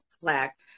plaque